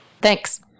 Thanks